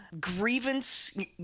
grievance